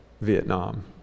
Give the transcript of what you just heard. Vietnam